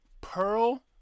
Pearl